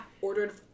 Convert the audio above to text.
ordered